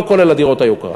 לא כולל דירות היוקרה.